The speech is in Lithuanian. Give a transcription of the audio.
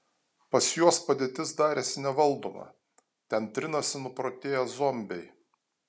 pas juos padėtis darėsi nevaldoma ten trinasi nuprotėję zombiai